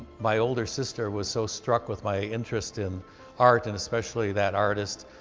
my older sister was so struck with my interest in art and especially that artist,